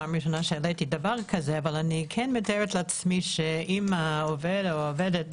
אבל אני מתארת לעצמי שאם העובד או העובדת